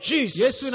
Jesus